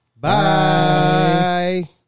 Bye